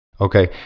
Okay